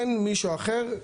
אין מישהו אחר.